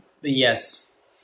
Yes